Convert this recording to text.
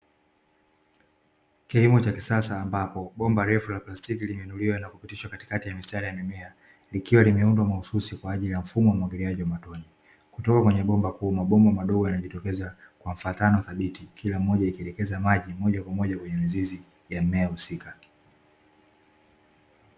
Kilimo cha kisasa ambapo bomba refu la plastiki limeinuliwa na kupitishwa katikati ya mistari ya mimea, likiwa limeundwa mahususi kwaajili ya mfumo wa umwagiliaji wa matone. Kutoka kwenye bomba kuu, mabomba madogo yanajitokeza kwa mfatano thabiti, kila moja likielekeza maji moja kwa moja kwenye mizizi ya mmea husika.